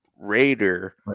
raider